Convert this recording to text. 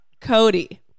Cody